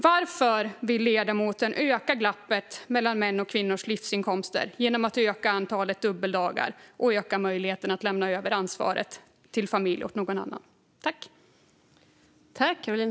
Varför vill ledamoten öka glappet mellan mäns och kvinnors livsinkomster genom att öka antalet dubbeldagar och öka möjligheten att lämna över ansvaret till familj och någon annan?